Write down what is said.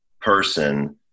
person